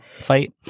fight